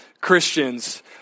Christians